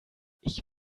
ich